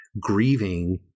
grieving